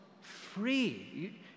free